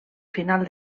final